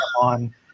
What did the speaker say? on